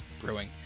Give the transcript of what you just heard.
Brewing